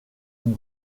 une